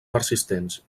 persistents